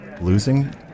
losing